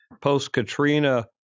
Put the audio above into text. post-Katrina